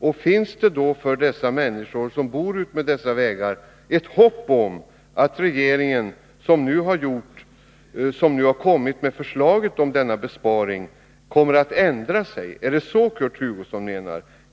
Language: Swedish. Och finns det då för de människor som bor utmed dessa vägar ett hopp om att regeringen, som nu har kommit med förslaget om denna besparing, kommer att ändra sig? Är det så Kurt Hugosson menar?